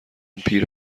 پیر